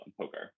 poker